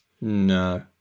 No